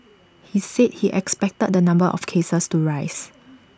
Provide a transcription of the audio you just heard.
he said he expected the number of cases to rise